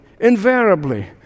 invariably